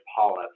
polyps